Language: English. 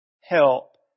help